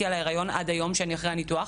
על ההיריון עד היום שאני אחרי הניתוח,